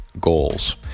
goals